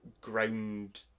ground